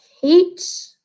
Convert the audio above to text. Heat